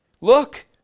Look